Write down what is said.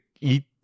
eat